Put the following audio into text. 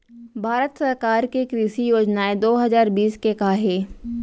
भारत सरकार के कृषि योजनाएं दो हजार बीस के का हे?